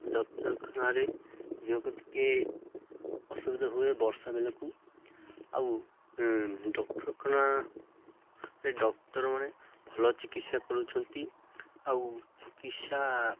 ଡ଼କ୍ଟର୍ଖାନାରେ ଯେକୁ ଟିକେ ଅସୁବିଧା ହୁଏ ବର୍ଷା ବେଲାକୁ ଆଉ ଡ଼କ୍ଟର୍ଖାନାରେ ଡ଼କ୍ଟର୍ମାନେ ଭଲ ଚିକିତ୍ସା କରୁଛନ୍ତି ଆଉ ଚିକିତ୍ସା